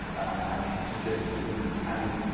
and he suggested the halieia,